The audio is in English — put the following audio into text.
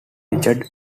richard